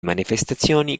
manifestazioni